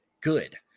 good